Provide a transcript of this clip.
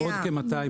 עוד כ-250-200,